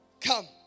come